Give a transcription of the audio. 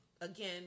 Again